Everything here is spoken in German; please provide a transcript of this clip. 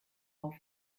auf